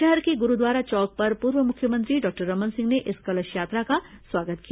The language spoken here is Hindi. शहर के गुरूद्वारा चौक पर पूर्व मुख्यमंत्री डॉक्टर रमन सिंह ने इस कलश यात्रा का स्वागत किया